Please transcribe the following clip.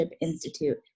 Institute